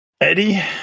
eddie